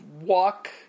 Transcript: walk